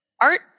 art